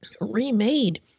remade